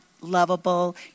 lovable